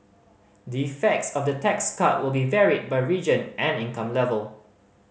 the effects of the tax cut will be varied by region and income level